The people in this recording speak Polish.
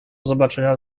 zobaczenia